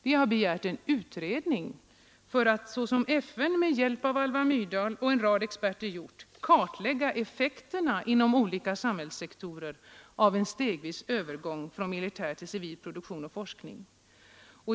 Vi har begärt en utredning för att, såsom FN med hjälp av Alva Myrdal och en rad experter gjort, kartlägga effekterna inom olika samhällssektorer av en stegvis övergång från militär till civil produktion och forskning.